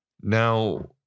Now